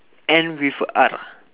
end with a R